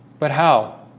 but how